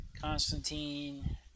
Constantine